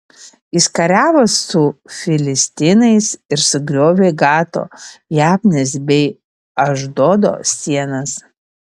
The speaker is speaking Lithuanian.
jis kariavo su filistinais ir sugriovė gato jabnės bei ašdodo sienas